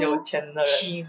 有钱的人